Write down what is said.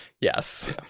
yes